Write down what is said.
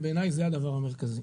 ובעיניי זה הדבר המרכזי,